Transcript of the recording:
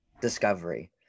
Discovery